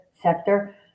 sector